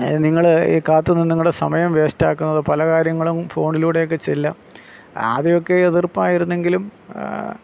നിങ്ങൾ ഈ കാത്തു നിന്ന് നിങ്ങളുടെ സമയം വേസ്റ്റ് ആക്കുന്നത് പലകാര്യങ്ങളും ഫോണിലൂടെയൊക്കെ ചെയ്യാം ആദ്യമൊക്കെ എതിർപ്പായിരുന്നെങ്കിലും